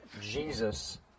Jesus